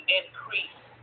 increase